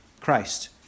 Christ